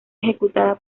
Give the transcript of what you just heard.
ejecutada